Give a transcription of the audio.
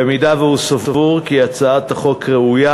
אם הוא סבור כי הצעת החוק ראויה